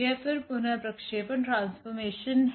यह फिर पुनः प्रक्षेपण ट्रांसफॉर्मेशन है